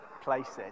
places